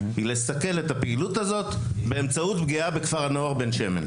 היא לסכל את הפעילות הזאת באמצעות פגיעה בכפר הנוער בן שמן.